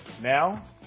Now